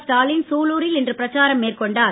ஸ்டாலின் சூலூரில் இன்று பிரச்சாரம் மேற்கொண்டார்